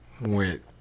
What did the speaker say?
went